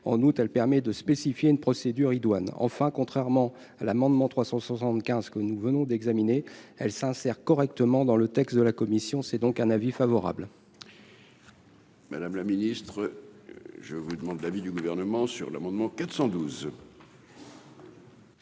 en août, elle permet de spécifier une procédure idoine, enfin, contrairement à l'amendement 375 que nous venons d'examiner, elle s'insère correctement dans le texte de la commission, c'est donc un avis favorable. Madame la ministre, je vous demande l'avis du Gouvernement sur l'amendement 412.